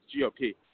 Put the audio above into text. GOP